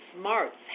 smarts